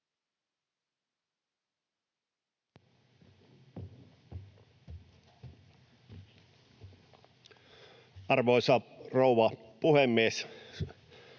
Arvoisa rouva puhemies!